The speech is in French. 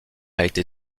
été